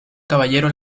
caballero